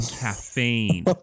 caffeine